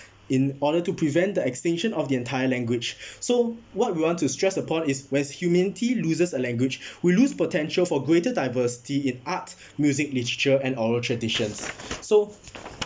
in order to prevent the extinction of the entire language so what we want to stress upon is when humanity loses a language we lose potential for greater diversity in art music literature and oral traditions so